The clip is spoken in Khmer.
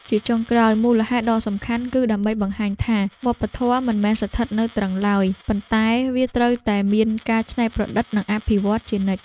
ជាចុងក្រោយ មូលហេតុដ៏សំខាន់គឺដើម្បីបង្ហាញថា វប្បធម៌មិនមែនស្ថិតនៅទ្រឹងឡើយ ប៉ុន្តែវាត្រូវតែមានការច្នៃប្រឌិត និងអភិវឌ្ឍជានិច្ច។